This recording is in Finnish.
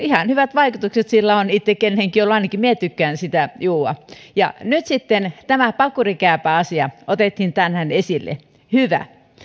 ihan hyvät vaikutukset sillä on itse keneenkin ollut ainakin minä tykkään sitä juoda nyt sitten tämä pakurikääpäasia otettiin tänään esille hyvä